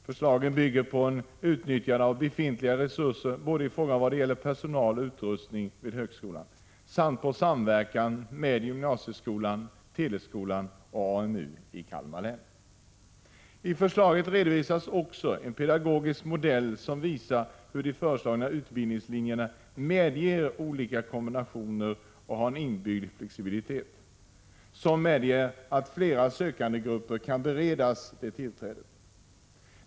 Förslaget bygger på ett utnyttjande av befintliga resurser både i fråga om personal och utrustning vid högskolan i Kalmar samt på samverkan med gymnasieskolan, teleskolan och AMU i Kalmar län. I förslaget redovisas också en pedagogisk modell, som visar hur de föreslagna utbildningslinjerna medger olika kombinationer och har en inbyggd flexibilitet, som medger att flera sökandegrupper kan beredas tillträde.